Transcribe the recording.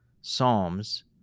Psalms